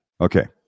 Okay